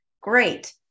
great